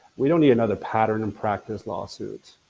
we don't need another pattern and practice lawsuit.